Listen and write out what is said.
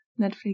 Netflix